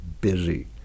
busy